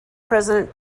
president